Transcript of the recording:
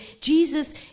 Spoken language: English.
Jesus